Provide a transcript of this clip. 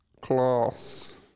class